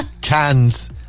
cans